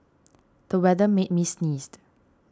the weather made me sneezed